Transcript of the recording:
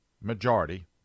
majority